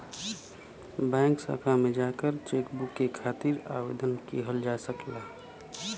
bank शाखा में जाकर चेकबुक के खातिर आवेदन किहल जा सकला